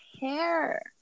hair